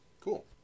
Cool